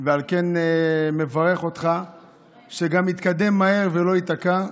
ועל כן אני מברך אותך שזה גם יתקדם מהר ולא ייתקע.